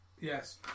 Yes